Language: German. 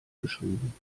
geschrieben